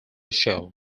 show